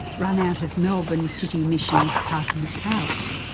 run out of melbourne citymission's hartnett house.